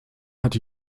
hat